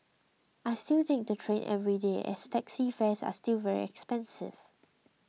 I still take the train every day as taxi fares are still very expensive